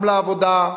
גם לעבודה,